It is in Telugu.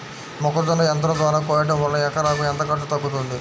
మొక్కజొన్న యంత్రం ద్వారా కోయటం వలన ఎకరాకు ఎంత ఖర్చు తగ్గుతుంది?